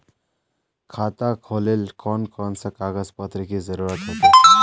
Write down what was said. खाता खोलेले कौन कौन सा कागज पत्र की जरूरत होते?